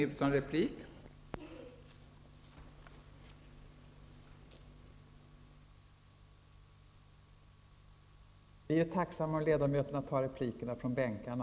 Vi vore tacksamma om ledamöterna tar replikerna från bänkarna.